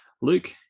luke